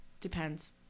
depends